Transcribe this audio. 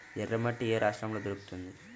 ఎర్రమట్టి ఏ రాష్ట్రంలో దొరుకుతుంది?